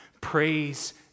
praise